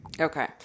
Okay